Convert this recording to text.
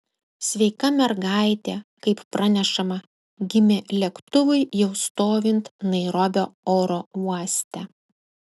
sveika mergaitė kaip pranešama gimė lėktuvui jau stovint nairobio oro uoste